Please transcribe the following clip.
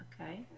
Okay